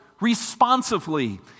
responsively